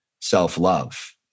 self-love